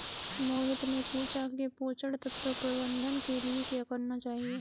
मोहित ने पूछा कि पोषण तत्व प्रबंधन के लिए क्या करना चाहिए?